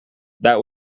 that